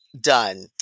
done